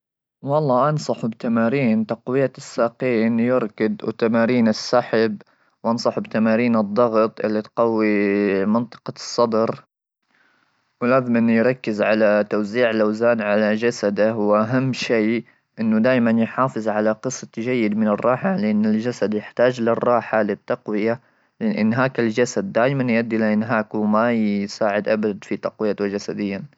والله انصح بتمارين تقويه الساقين يركض وتمارين السحب ,وانصح بتمارين الضغط اللي تقوي منطقه الصدر ,ولازم ان يركز على توزيع الاوزان على جسده ,واهم شيء انه دائما يحافظ على قصه جيد من الراحه ,لان الجسد يحتاج للراحه للتقويه لانهاك الجسد دائما يؤدي الى انهاك وما يساعد ابد في تقويه جسدي.